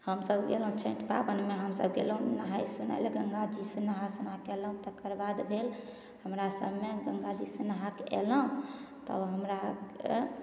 हमसभ गेलहुँ छठि पाबनिमे हमसभ गेलहुँ नहाइ सोनाइले गङ्गाजी से नहा सोनाकऽ अएलहुँ तकर बाद भेल हमरासभमे गङ्गाजीसे नहाके अएलहुँ तब हमराके